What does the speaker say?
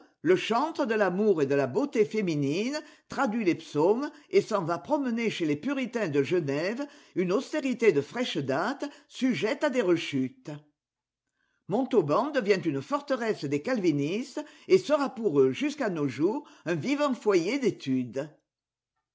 le chantre de l'amour et de la beauté féminine traduit les psaumes et s'en va promener chez les puritains de genève une austérité de fraîche date sujette à des rechutes montauban devient une forteresse des calvinistes et sera pour eux jusqu'à nos jours un vivant foyer d'études